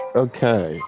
okay